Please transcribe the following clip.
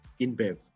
InBev